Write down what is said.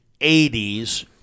80s